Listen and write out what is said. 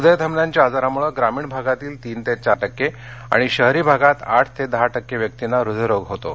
हृदय धमन्यांच्या आजारामुळे ग्रामीण भागातील तीन ते चार टक्के आणि शहरी भागात आठ ते दहा टक्के व्यक्तींना हृदयरोग होतो